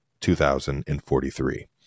2043